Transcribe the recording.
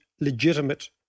legitimate